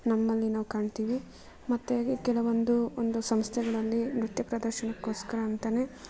ನಮ್ಮಲ್ಲಿ ನಾವು ಕಾಣ್ತೀವಿ ಮತ್ತು ಕೆಲವೊಂದು ಒಂದು ಸಂಸ್ಥೆಗಳಲ್ಲಿ ನೃತ್ಯ ಪ್ರದರ್ಶನಕ್ಕೋಸ್ಕರ ಅಂತಾನೇ